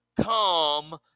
come